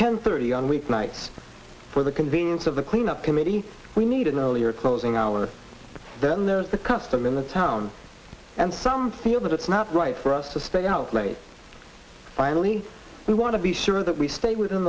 weeknights for the convenience of the clean up committee we need in earlier closing hours then there's the custom in the town and some feel that it's not right for us to stay out late finally we want to be sure that we stay within